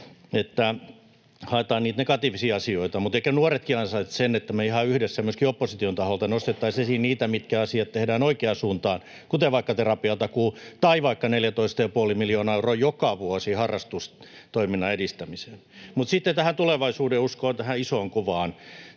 että haetaan niitä negatiivisia asioita, mutta ehkä nuoretkin ansaitsevat sen, että me ihan yhdessä, myöskin opposition taholta, nostettaisiin esiin niitä, mitkä asiat tehdään oikeaan suuntaan, kuten vaikka terapiatakuu tai vaikka 14,5 miljoonaa euroa joka vuosi harrastustoiminnan edistämiseen. Mutta sitten tähän tulevaisuudenuskoon, tähän isoon kuvaan: